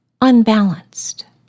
unbalanced